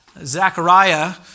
Zechariah